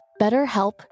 BetterHelp